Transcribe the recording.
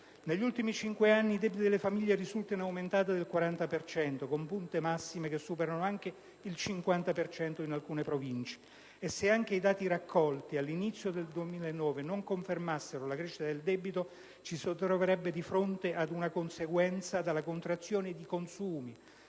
Negli ultimi cinque anni i debiti delle famiglie risultano aumentati in media del 40 per cento, con punte massime che superano il 50 per cento in alcune province. E se anche i dati raccolti all'inizio del 2009 non confermassero la crescita del debito, ci si troverebbe di fronte ad una conseguenza della contrazione dei consumi,